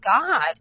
God